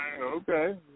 okay